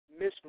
Miss